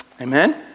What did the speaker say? Amen